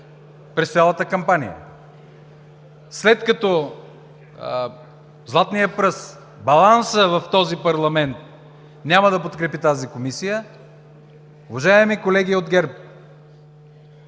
през цялата кампания. След като „златният пръст”, балансът в този парламент, няма да подкрепи тази комисия, уважаеми колеги от ГЕРБ,